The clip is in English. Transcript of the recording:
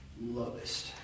lovest